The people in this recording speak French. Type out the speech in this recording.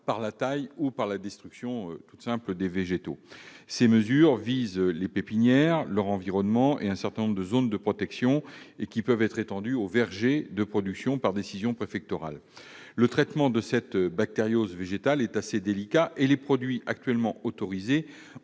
par la taille ou la destruction des végétaux. Ces mesures visent les pépinières, leur environnement et certaines zones de protection. Elles peuvent être étendues aux vergers de production par décision préfectorale. Le traitement de cette bactériose végétale est assez délicat et les produits actuellement autorisés